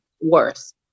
worse